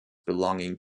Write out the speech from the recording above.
belonging